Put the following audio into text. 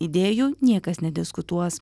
idėjų niekas nediskutuos